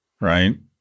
right